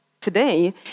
today